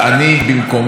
אני במקומך,